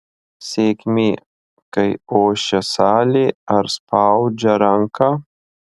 sėkmė kai ošia salė ar spaudžia ranką